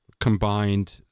combined